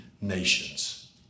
nations